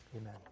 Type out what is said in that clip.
Amen